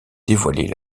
dévoiler